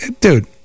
dude